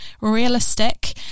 realistic